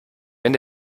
wenn